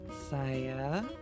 Saya